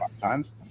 times